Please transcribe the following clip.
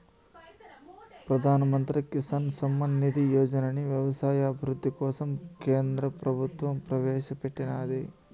ప్రధాన్ మంత్రి కిసాన్ సమ్మాన్ నిధి యోజనని వ్యవసాయ అభివృద్ధి కోసం కేంద్ర ప్రభుత్వం ప్రవేశాపెట్టినాది